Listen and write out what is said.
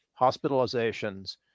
hospitalizations